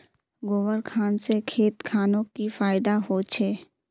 गोबर खान से खेत खानोक की फायदा होछै?